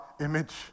image